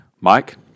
Mike